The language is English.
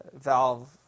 Valve